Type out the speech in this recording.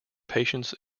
patients